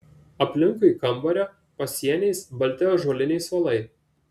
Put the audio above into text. aplinkui kambario pasieniais balti ąžuoliniai suolai